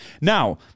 Now